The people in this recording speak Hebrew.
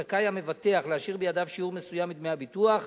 זכאי המבטח להשאיר בידיו שיעור מסוים מדמי הביטוח.